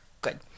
good